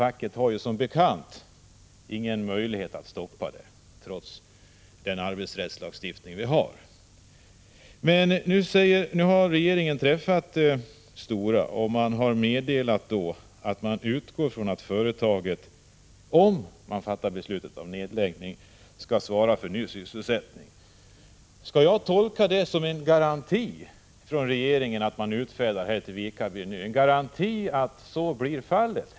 Facket har som bekant ingen möjlighet att stoppa det hela, trots den arbetsrättslagstiftning som finns. Men nu har regeringen träffat företrädare för Stora och meddelat att regeringen utgår från att företaget, ifall beslut om nedläggning fattas, skall svara för ny sysselsättning. Skall jag tolka det som en garanti som regeringen utfärdar när det gäller Vikarbyn, att det blir på detta sätt?